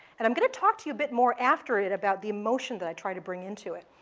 and i'm going to talk to you a bit more after it about the emotion that i try to bring into it.